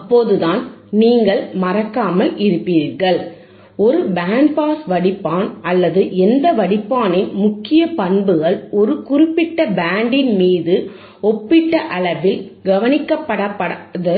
அப்போது தான் நீங்கள் மறக்காமல் இருப்பீர்கள் ஒரு பேண்ட் பாஸ் வடிப்பான் அல்லது எந்த வடிப்பானின் முக்கிய பண்புகள் ஒரு குறிப்பிட்ட பேண்டின் மீது ஒப்பீட்டளவில் கவனிக்கப்படாத